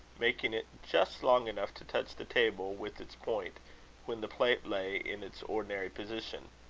making it just long enough to touch the table with its point when the plate lay in its ordinary position.